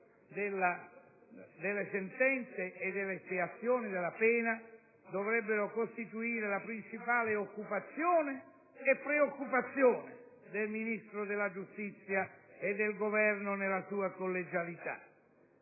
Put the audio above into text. delle sentenze e dell'espiazione della pena dovrebbero costituire la principale occupazione e preoccupazione del Ministro della giustizia e del Governo nella sua collegialità.